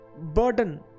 burden